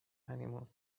honeymoon